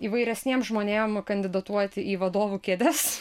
įvairesniem žmonėm kandidatuoti į vadovų kėdes